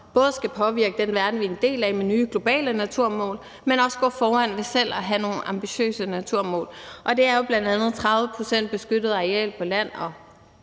både skal påvirke den verden, vi er en del af, med nye globale naturmål, men også gå foran ved selv at have nogle ambitiøse naturmål. Det er jo bl.a. 30 pct. beskyttet areal på land og